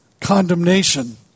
condemnation